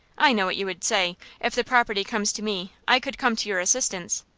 i know what you would say if the property comes to me i could come to your assistance,